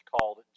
called